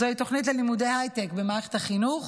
זוהי תוכנית ללימודי הייטק במערכת החינוך